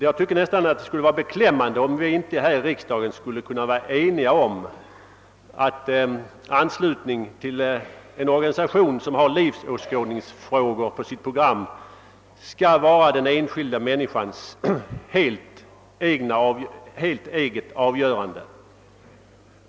Det vore nästan beklämmande, om vi inte här i riksdagen skulle kunna vara eniga om att anslutning till en organisation, som har livsåskådningsfrågor på sitt program, skall vara den enskilda människans helt egna avgörande.